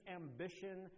ambition